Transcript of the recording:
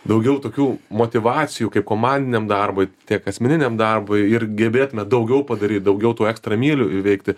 daugiau tokių motyvacijų kaip komandiniam darbui tiek asmeniniam darbui ir gebėtume daugiau padaryt daugiau tų ekstra mylių įveikti